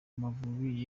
amavubi